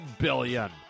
billion